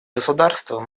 государства